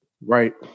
Right